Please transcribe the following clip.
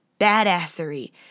badassery